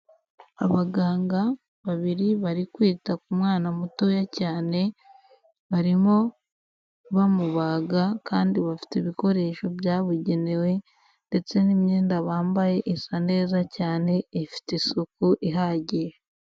Abaganga babiri bari kwita ku mwana mutoya cyane, barimo bamubaga kandi bafite ibikoresho byabugenewe ndetse n'imyenda bambaye isa neza cyane ifite isuku ihagije.